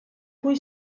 cui